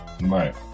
Right